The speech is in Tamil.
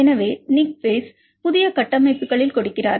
எனவே நிக் பேஸ் புதிய கட்டமைப்புகளில் கொடுக்கிறார்